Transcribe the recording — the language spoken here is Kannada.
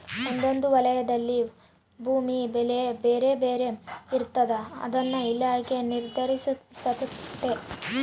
ಒಂದೊಂದು ವಲಯದಲ್ಲಿ ಭೂಮಿ ಬೆಲೆ ಬೇರೆ ಬೇರೆ ಇರ್ತಾದ ಅದನ್ನ ಇಲಾಖೆ ನಿರ್ಧರಿಸ್ತತೆ